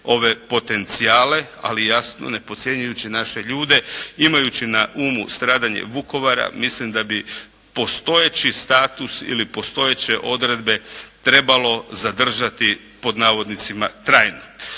potencijale, ali jasno ne podcjenjujući naše ljude, imajući na umu stradanje Vukovara mislim da bi postojeći status ili postojeće odredbe trebalo zadržati trajno.